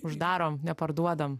uždarom neparduodam